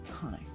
time